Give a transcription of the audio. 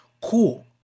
Cool